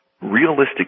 realistic